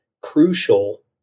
crucial